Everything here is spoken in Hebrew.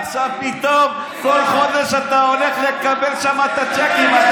עכשיו פתאום כל חודש אתה הולך לקבל שם את הצ'קים.